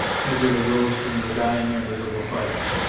as it arose from the dying embers of a fire.